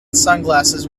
sunglasses